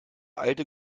alte